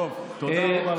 תודה רבה לכם.